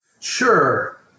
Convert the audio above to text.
Sure